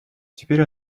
теперь